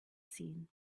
seen